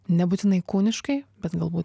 nebūtinai kūniškai bet galbūt